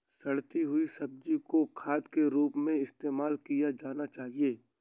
सड़ती हुई सब्जियां को खाद के रूप में इस्तेमाल किया जाना चाहिए